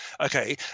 okay